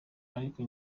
ariko